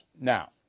Now